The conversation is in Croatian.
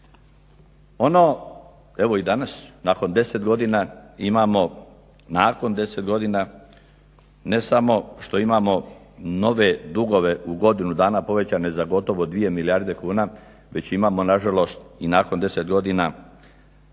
ono, evo i danas nakon deset godina imamo, nakon deset godina, ne samo što imamo nove dugove u godinu dana povećane za gotovo dvije milijarde kuna već imamo nažalost i nakon deset godina